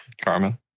Carmen